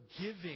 giving